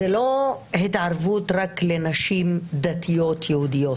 זאת לא התערבות רק לנשים דתיות יהודיות,